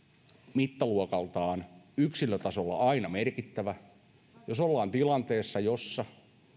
mittaluokaltaan yksilötasolla aina merkittävä jos ollaan tilanteessa jossa